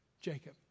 Jacob